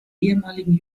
ehemaligen